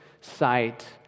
sight